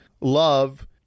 love